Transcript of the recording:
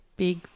Big